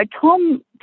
Tom